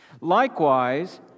Likewise